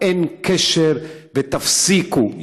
אין קשר, ותפסיקו.